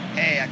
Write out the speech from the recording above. hey